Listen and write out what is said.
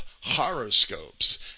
horoscopes